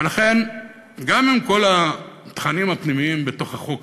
ולכן, גם אם כל התכנים הפנימיים בחוק הזה,